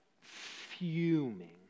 fuming